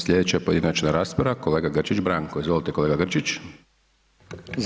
Slijedeća pojedinačna rasprava kolega Grčić Branko, izvolite kolega Grčić.